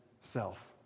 self